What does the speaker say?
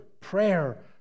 prayer